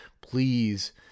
please